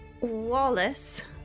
wallace